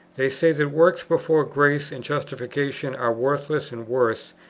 they say that works before grace and justification are worthless and worse,